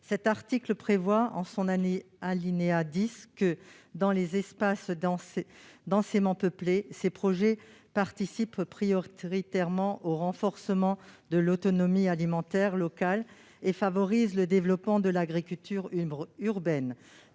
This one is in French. Cet article prévoit, en son alinéa 10, que, dans les espaces densément peuplés, ces projets participent prioritairement au renforcement de l'autonomie alimentaire locale et favorisent le développement de l'agriculture urbaine.